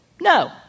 No